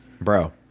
bro